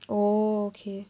oh okay